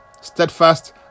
steadfast